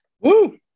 Woo